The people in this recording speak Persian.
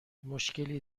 مشکلی